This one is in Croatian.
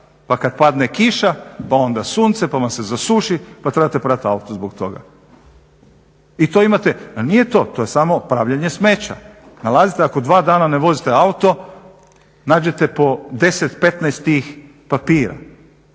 pa kad padne kiša pa onda sunce pa vam se zasuši pa trebate prat auto zbog toga, i to imate, nije to, to je samo pravljenje smeća, nalazite ako dva dana ne vozite auto, nađete po 10, 15 tih papira,